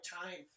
time